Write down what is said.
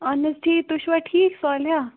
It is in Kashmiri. اہن حظ ٹھیک تُہۍ چھُوا ٹھیک پانہٕ ہیا